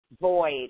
void